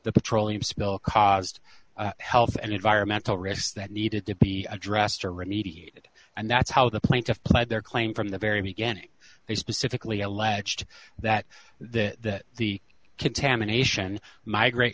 the petroleum spill caused health and environmental risks that needed to be addressed or remediated and that's how the plaintiff played their claim from the very beginning they specifically alleged that that the contamination migrate